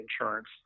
insurance